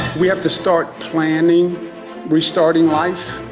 we have to start planning restarting life.